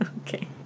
Okay